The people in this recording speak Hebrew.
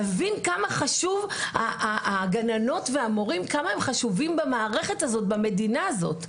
הבינו עד כמה המורים והגננות חשובים במערכת במדינה הזו.